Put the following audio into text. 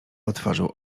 otworzył